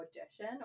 audition